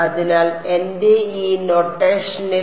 അതിനാൽ എന്റെ ഈ നൊട്ടേഷനിൽ